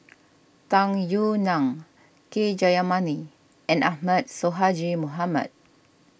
Tung Yue Nang K Jayamani and Ahmad Sonhadji Mohamad